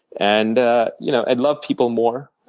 and ah you know and love people more.